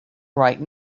right